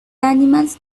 animals